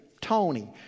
Tony